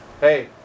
Hey